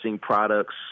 products